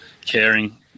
caring